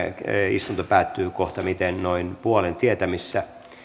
istunto päättyy kohtamiten noin puolen tietämissä pyydän että edustajat